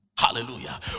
hallelujah